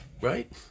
right